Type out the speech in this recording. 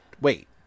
wait